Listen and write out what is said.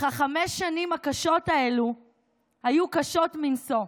אך חמש השנים הקשות האלה היו קשות מנשוא.